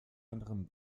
anderem